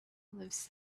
lives